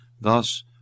Thus